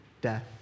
death